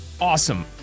awesome